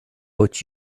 but